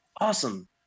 awesome